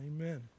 Amen